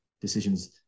decisions